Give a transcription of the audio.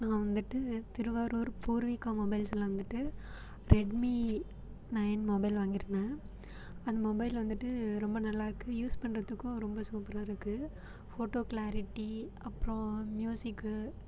நான் வந்துட்டு திருவாரூர் பூர்விகா மொபைல்ஸ்ல வந்துட்டு ரெட்மி நயன் மொபைல் வாங்கியிருந்தேன் அந்த மொபைல் வந்துட்டு ரொம்ப நல்லாருக்குது யூஸ் பண்ணுறதுக்கும் ரொம்ப சூப்பராருக்குது ஃபோட்டோ க்ளாரிட்டி அப்புறம் மியூசிக்கு